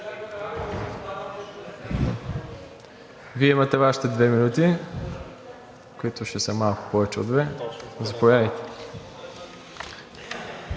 Вие имате Вашите две минути, които ще са малко повече от две – заповядайте.